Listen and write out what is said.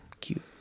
Cute